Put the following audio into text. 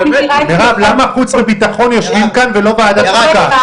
למה חוץ וביטחון יושבים כאן ולא ועדת החוקה?